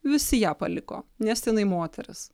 visi ją paliko nes jinai moteris